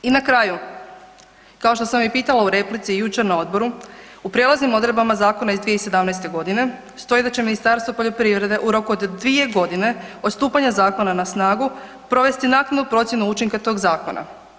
I na kraju, kao što sam i pitala u replici jučer na odboru, u prijelaznim odredbama zakona iz 2017. g. stoji da će Ministarstvo poljoprivrede u roku od 2 godine od stupanja zakona na snagu provesti naknadu procjenu učinka tog zakona.